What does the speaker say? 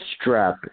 strap